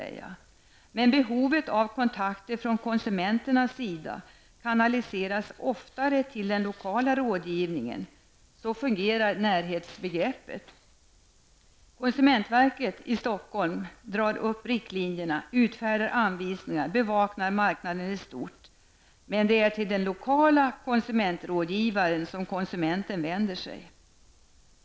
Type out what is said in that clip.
Men behovet av kontakter från konsumenternas sida kanaliseras oftare till den lokala rådgivningen. Så fungerar närhetsbegreppet. Konsumentverket i Stockholm drar upp riktlinjerna, utfärdar anvisningar, bevakar marknaden i stort, men det är till den lokala konsumentrådgivaren som konsumenten vänder sig.